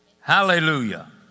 Hallelujah